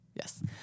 yes